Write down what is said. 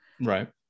Right